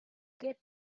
get